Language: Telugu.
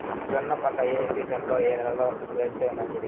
జొన్న పంట ఏ సీజన్లో, ఏ నెల లో వేస్తే మంచిది?